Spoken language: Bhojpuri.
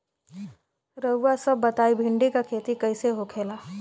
रउआ सभ बताई भिंडी क खेती कईसे होखेला?